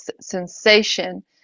sensation